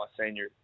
senior